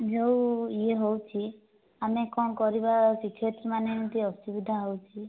ଯେଉଁ ଇଏ ହଉଛି ଆମେ କଣ କରିବା ଶିକ୍ଷୟତ୍ରୀ ମାନେ ଏମିତି ଅସୁବିଧା ହେଉଛି